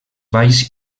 valls